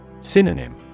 Synonym